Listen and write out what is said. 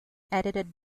edited